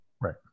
Right